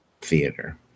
theater